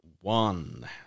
one